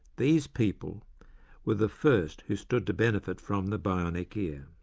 these people were the first who stood to benefit from the bionic ear.